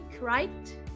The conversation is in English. right